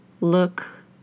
Look